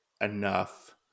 enough